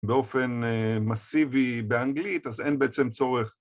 באופן מסיבי באנגלית, אז אין בעצם צורך...